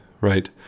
right